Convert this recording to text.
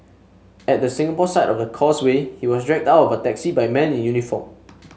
at the Singapore side of the Causeway he was dragged out of a taxi by men in uniform